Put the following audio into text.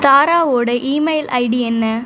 தாராவோடய email ID என்ன